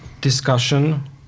Discussion